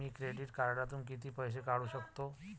मी credit कार्डातून किती पैसे काढू शकतो?